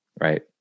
right